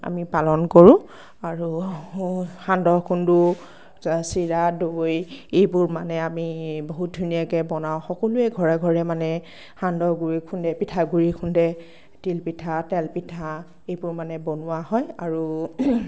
আমি পালন কৰোঁ আৰু সান্দহ খুন্দো চিৰা দৈ এইবোৰ মানে আমি বহুত ধুনীয়াকে বনাও সকলোৱে ঘৰে ঘৰে মানে সান্দহ গুড়ি খুন্দে পিঠাগুড়ি খুন্দে তিল পিঠা তেল পিঠা এইবোৰ মানে বনোৱা হয় আৰু